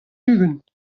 ugent